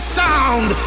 sound